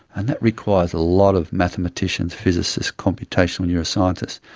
and that requires a lot of mathematicians, physicists, computational neuroscientists.